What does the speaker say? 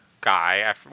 guy